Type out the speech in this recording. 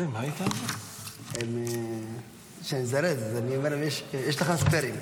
אני אומר שיש לכם ספיירים.